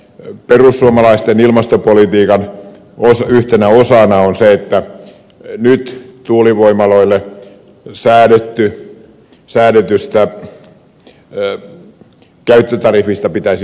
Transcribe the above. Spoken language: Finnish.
perussuomalaisten ilmastopolitiikan yhtenä osana on se että nyt tuulivoimaloille säädetystä käyttötariffista pitäisi luopua